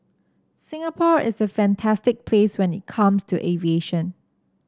Singapore is a fantastic place when it comes to aviation